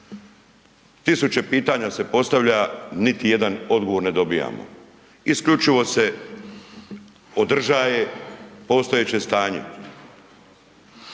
1000 pitanja se postavlja niti jedan odgovor ne dobijamo. Isključivo se održaje postojeće stanje.